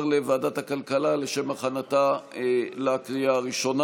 לוועדת הכלכלה לשם הכנתה לקריאה הראשונה.